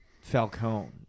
Falcone